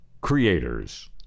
creators